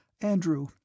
Andrew